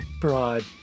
broad